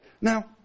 Now